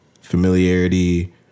familiarity